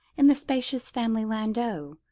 in the spacious family landau,